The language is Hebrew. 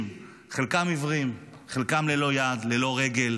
אנשים, חלקם עיוורים, חלקם ללא יד, ללא רגל,